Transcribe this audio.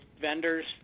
vendors